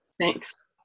Thanks